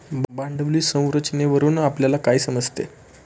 भांडवली संरचनेवरून आपल्याला काय समजते?